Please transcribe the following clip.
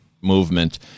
movement